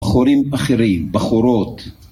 בחורים אחרים, בחורות